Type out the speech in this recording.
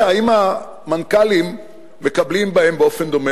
אם המנכ"לים מקבלים בהן באופן דומה.